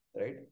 right